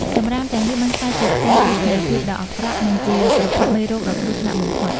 សម្រាមទាំងនេះបានក្លាយជាផ្ទាំងទស្សនីយភាពដ៏អាក្រក់ និងជាប្រភពមេរោគដ៏គ្រោះថ្នាក់បំផុត។